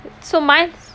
so my